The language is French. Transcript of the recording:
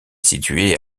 situé